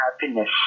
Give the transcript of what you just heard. happiness